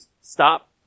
stop